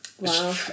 Wow